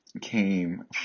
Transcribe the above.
came